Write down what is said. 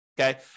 okay